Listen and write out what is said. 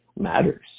matters